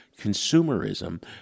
consumerism